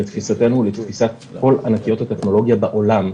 לתפיסתנו ולתפיסת כל ענקיות הטכנולוגיה בעולם,